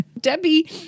Debbie